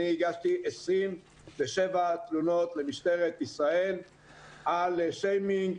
אני הגשתי 27 תלונות למשטרת ישראל על שיימינג,